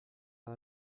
gar